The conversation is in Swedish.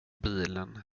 bilen